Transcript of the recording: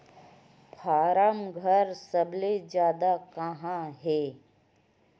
form घर सबले जादा कहां हे